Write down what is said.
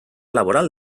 laboral